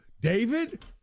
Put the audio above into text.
David